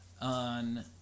On